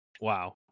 Wow